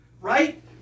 right